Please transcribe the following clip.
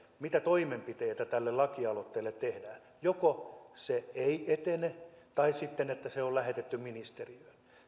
mitä toimenpiteitä tälle lakialoitteelle tehdään että joko se ei etene tai sitten että se on lähetetty ministeriöön